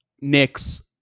Knicks